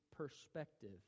Perspective